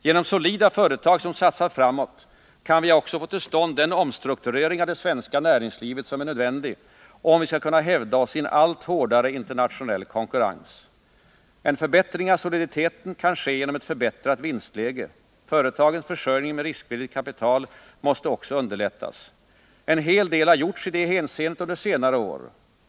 Genom solida företag som satsar framåt kan vi också få till stånd den omstrukturering av det svenska näringslivet som är nödvändig, om vi skall kunna hävda oss i en allt hårdare internationell konkurrens. En förbättring av soliditeten kan ske genom ett förbättrat vinstläge. Företagens försörjning med riskvilligt kapital måste också underlättas. En hel del har gjorts i det hänseendet under senare år.